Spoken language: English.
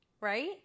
Right